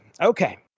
Okay